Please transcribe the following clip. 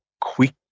quick